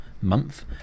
month